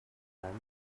man